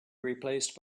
replaced